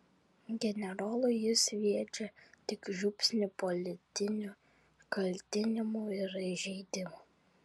generolui jis sviedžia tik žiupsnį politinių kaltinimų ir įžeidimų